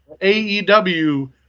AEW